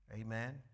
Amen